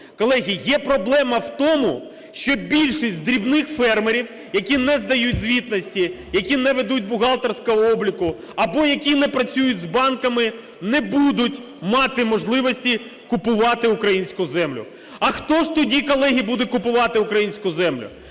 Колеги, є проблема в тому, що більшість дрібних фермерів, які не здають звітності, які не ведуть бухгалтерського обліку або які не працюють з банками, не будуть мати можливості купувати українську землю. А хто ж тоді, колеги, буде купувати українську землю?